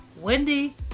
Wendy